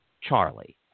charlie